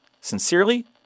Sincerely